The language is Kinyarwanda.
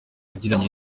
yagiranye